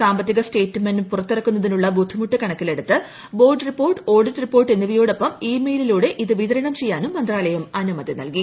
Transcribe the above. സാമ്പത്തിക സ്റ്റേറ്റ്മെന്റ് പുറത്തിറക്കുന്നതിനുള്ളൂ ബൂദ്ധിമുട്ട് കണക്കിലെടുത്ത് ബോർഡ് റിപ്പോർട്ട് ഓഡിറ്റ് റിപ്പോർട്ട് എന്നിവയോടൊപ്പം ഇ മെയിലൂടെ ഇത് വിതരണം പ്രെയ്യാനും മന്ത്രാലയം അനുമതി നൽകി